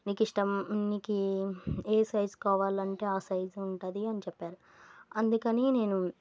నీకిష్టం నీకు ఏ సైజు కావాలంటే ఆ సైజు ఉంటుంది అని చెప్పారు అందుకని నేను